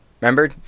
Remember